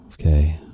okay